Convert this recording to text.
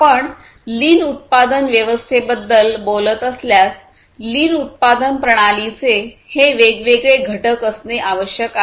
आपण लीन उत्पादन व्यवस्थेबद्दल बोलत असल्यास लीन उत्पादन प्रणालीचे हे वेगवेगळे घटक असणे आवश्यक आहे